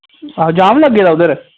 हां जाम लग्गे दा उद्धर